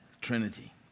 Trinity